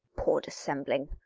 poor dissembling!